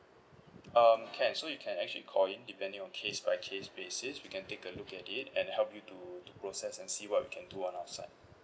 um can so you can actually call in depending on case by case basis we can take a look at it and help you to to process and see what we can do on our side